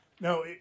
No